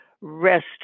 rest